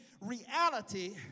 reality